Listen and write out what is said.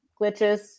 glitches